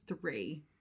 three